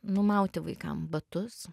numauti vaikam batus